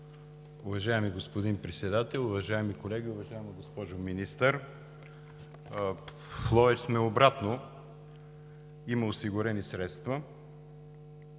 Уважаеми господин Председател, уважаеми колеги! Уважаема госпожо Министър, в Ловеч сме обратно – има осигурени средства,